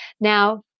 Now